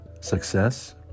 success